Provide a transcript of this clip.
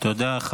תודה.